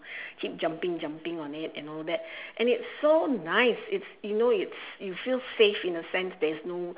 keep jumping jumping on it and all that and it's so nice it's you know you you feel safe in a sense there's no